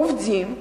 עובדים,